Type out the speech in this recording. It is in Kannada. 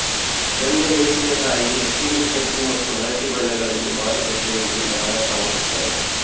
ದೊಣ್ಣೆ ಮೆಣಸಿನ ಕಾಯಿ ಹಸಿರು ಕೆಂಪು ಮತ್ತು ಹಳದಿ ಬಣ್ಣಗಳಲ್ಲಿ ಮಾರುಕಟ್ಟೆಯಲ್ಲಿ ಮಾರಾಟವಾಗುತ್ತವೆ